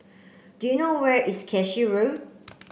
do you know where is Cashew Road